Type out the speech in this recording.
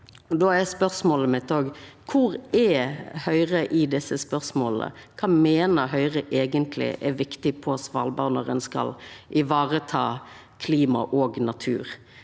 Då er spørsmålet mitt: Kvar er Høgre i desse spørsmåla? Kva meiner Høgre eigentleg er viktig på Svalbard når ein skal vareta klima og natur?